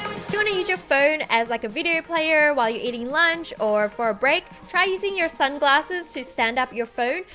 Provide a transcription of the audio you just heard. you wanna use your phone as like a video player, while you're eating lunch, or for a break, try using your sunglasses to stand up your phone,